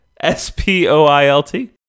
S-P-O-I-L-T